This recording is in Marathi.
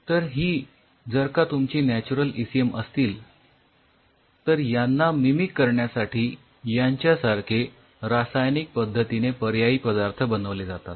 तर ही जर का तुमची नॅच्युरल ईसीएम असतील तर यांना मिमिक करण्यासाठी यांच्यासारखे रासायनिक पद्धतीने पर्यायी पदार्थ बनवले जातात